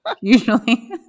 Usually